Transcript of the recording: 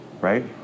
right